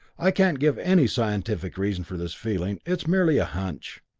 i can't give any scientific reason for this feeling it's merely a hunch.